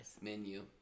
Menu